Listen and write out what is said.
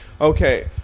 Okay